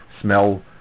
smell